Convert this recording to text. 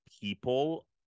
people